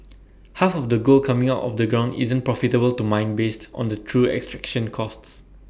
half of the gold coming out of the ground isn't profitable to mine based on the true extraction costs